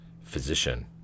physician